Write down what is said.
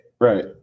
right